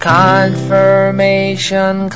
confirmation